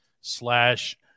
slash